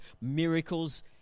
miracles